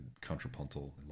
contrapuntal